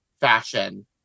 fashion